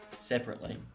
separately